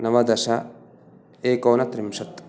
नवदश एकोनत्रिंशत्